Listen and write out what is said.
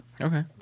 Okay